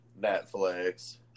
Netflix